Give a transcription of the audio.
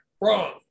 wrong